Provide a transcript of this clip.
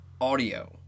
audio